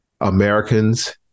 Americans